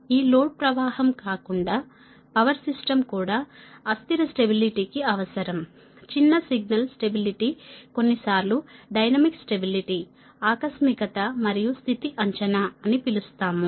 ఈ లోడ్ ప్రవాహం కాకుండా పవర్ సిస్టమ్ కూడా అస్థిర స్టెబిలిటీ కి అవసరం చిన్న సిగ్నల్ స్టెబిలిటీ ని కొన్నిసార్లు డైనమిక్ స్టెబిలిటీ ఆకస్మికత మరియు స్థితి అంచనా అని పిలుస్తాము